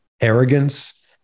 arrogance